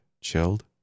chilled